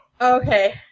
Okay